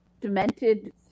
demented